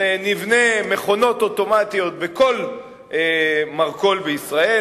נבנה מכונות אוטומטיות בכל מרכול בישראל,